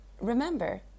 Remember